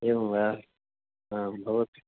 एवं वा हा भवतु